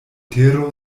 tero